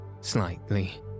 Slightly